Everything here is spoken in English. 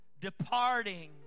Departing